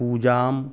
पूजाम्